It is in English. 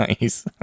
Nice